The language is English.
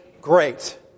great